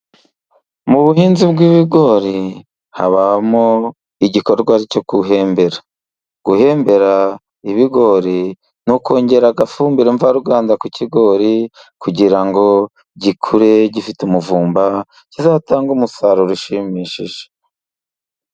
Mu buhinzi bw'ibigori habamo igikorwa cyo guhembera. Guhembera ibigori ni ukongera agafumbire mvaruganda ku kigori kugira ngo gikure gifite umuvumba, kizatange umusaruro ushimishije.